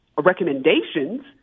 recommendations